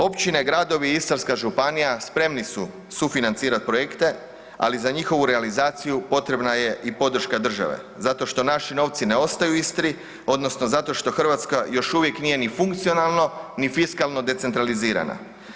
Općine, gradovi, Istarska županija spremni su sufinancirati projekte, ali za njihovu realizaciju potrebna je i podrška države zato što naši novci ne ostaju u Istri, odnosno zato što Hrvatska još uvijek nije ni funkcionalno ni fiskalno decentralizirana.